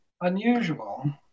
unusual